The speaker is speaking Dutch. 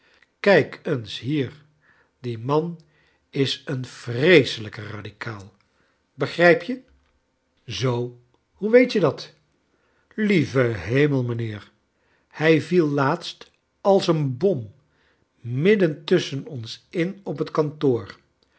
kijk eens hier die man is een vreeselijke radicaal begrijp je zoo hoe weet je dat lieve hemel mijnheer hij viel laatst als een bom midden tusschen ons in op het kantoor